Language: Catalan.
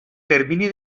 termini